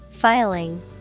Filing